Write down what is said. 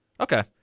Okay